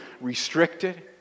restricted